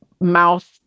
mouth